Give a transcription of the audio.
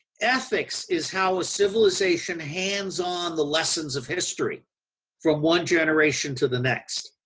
ethics is how a civilization hands on the lessons of history from one generation to the next.